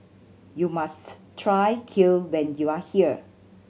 you must try Kheer when you are here